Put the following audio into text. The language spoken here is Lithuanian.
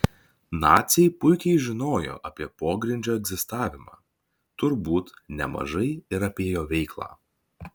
naciai puikiai žinojo apie pogrindžio egzistavimą turbūt nemažai ir apie jo veiklą